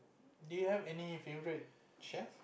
do you have any favorite chef